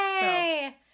Yay